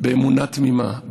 באמונה תמימה,